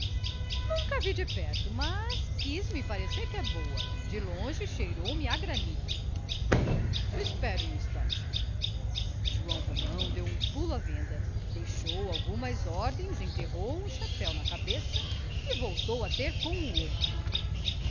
vi de perto mas quis me parecer que é boa de longe cheirou me a granito espere um instante joão romão deu um pulo à venda deixou algumas ordens enterrou um chapéu na cabeça e voltou a ter com o outro